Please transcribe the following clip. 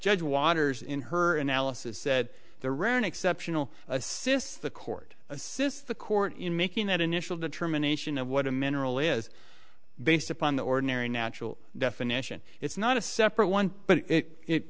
judge waters in her analysis said the rare and exceptional assists the court assists the court in making that initial determination of what a mineral is based upon the ordinary natural definition it's not a separate one but it